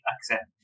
accept